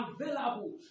available